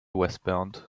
westbound